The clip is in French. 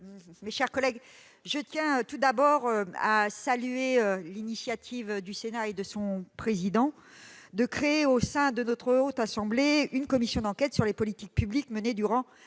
mes chers collègues, je tiens tout d'abord à saluer l'initiative du Sénat et de son président de créer, au sein de la Haute Assemblée, une commission d'enquête sur les politiques publiques menées durant